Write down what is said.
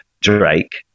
Drake